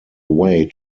way